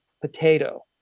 potato